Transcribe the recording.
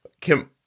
Kim